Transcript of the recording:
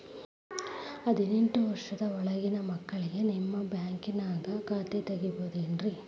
ಹದಿನೆಂಟು ವರ್ಷದ ಒಳಗಿನ ಮಕ್ಳಿಗೆ ನಿಮ್ಮ ಬ್ಯಾಂಕ್ದಾಗ ಖಾತೆ ತೆಗಿಬಹುದೆನ್ರಿ?